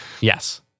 yes